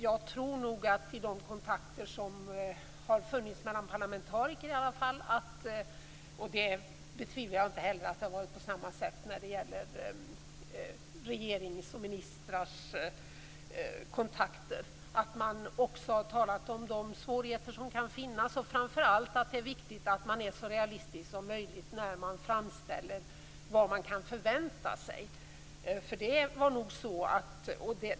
Jag tror nog att man i kontakterna i alla fall mellan parlamentariker - och jag betvivlar inte heller att det har varit på samma sätt när det gäller regeringens och ministrars kontakter - också har talat om de svårigheter som kan finnas och framför allt att det är viktigt att man är så realistisk som möjligt när man framställer vad som kan förväntas.